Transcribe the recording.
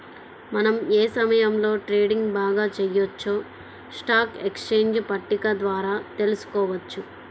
మనం ఏ సమయంలో ట్రేడింగ్ బాగా చెయ్యొచ్చో స్టాక్ ఎక్స్చేంజ్ పట్టిక ద్వారా తెలుసుకోవచ్చు